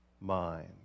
mind